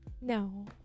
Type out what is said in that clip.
no